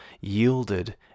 yielded